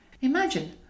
Imagine